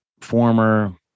former